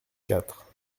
quatre